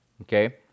okay